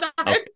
Okay